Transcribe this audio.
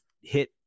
hit